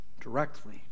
directly